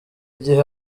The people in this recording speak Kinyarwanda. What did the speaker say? gihe